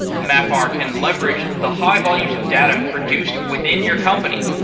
mapr can leverage the high volumes of data produced within your company.